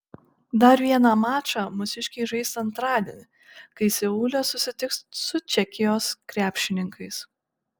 dar vieną mačą mūsiškiai žais antradienį kai seule susitiks su čekijos krepšininkais